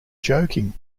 joking